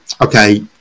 okay